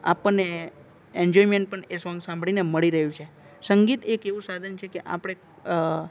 આપણને એન્જોયમેન્ટ પણ એ સોંગ સાંભળીને મળી રહ્યું છે સંગીત એક એવું સાધન છે કે આપણે